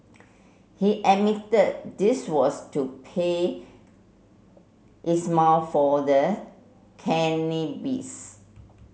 he admitted this was to pay Ismail for the cannabis